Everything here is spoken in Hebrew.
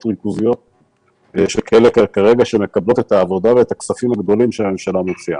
ריכוזיות שמקבלות את העבודה ואת הכספים הגדולים שהממשלה מוציאה.